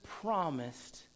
promised